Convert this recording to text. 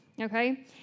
okay